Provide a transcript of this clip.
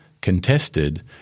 contested